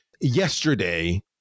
yesterday